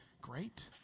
great